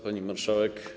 Pani Marszałek!